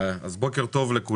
בוקר טוב.